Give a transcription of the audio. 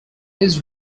his